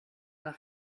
nach